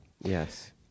Yes